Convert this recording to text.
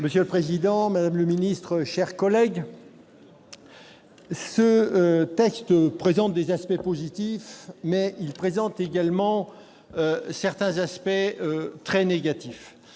Monsieur le président, madame le ministre, mes chers collègues, ce texte présente des aspects positifs, mais également certains aspects très négatifs.